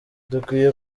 dukwiye